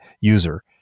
user